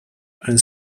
and